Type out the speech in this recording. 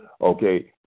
okay